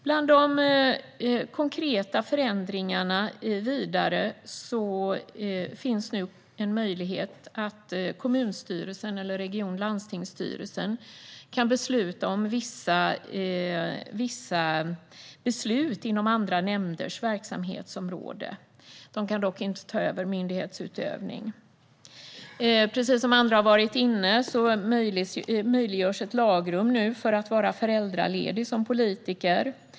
Bland de konkreta förändringar som föreslås finns en möjlighet för kommunstyrelsen eller region eller landstingsstyrelsen att besluta även inom andra nämnders verksamhetsområde. De kan dock inte ta över myndighetsutövning. Precis som andra har varit inne på möjliggörs nu ett lagrum för att vara föräldraledig som politiker.